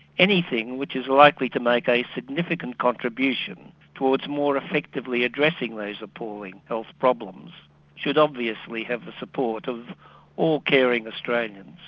anything which is likely to make a significant contribution towards more effectively addressing these appalling health problems should obviously have the support of all caring australians.